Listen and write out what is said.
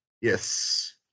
Yes